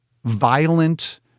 Violent